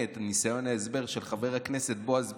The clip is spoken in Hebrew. את ניסיון ההסבר של חבר הכנסת בועז ביסמוט,